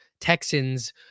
Texans